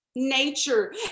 nature